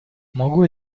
могу